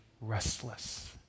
restless